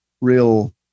real